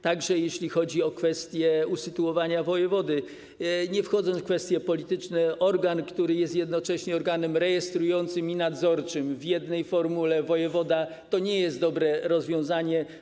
Także jeśli chodzi o kwestię usytuowania wojewody - nie wchodząc w kwestie polityczne - to organ, który jest jednocześnie organem rejestrującym i nadzorczym w jednej formule, czyli wojewoda, nie jest dobrym rozwiązaniem.